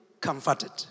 comforted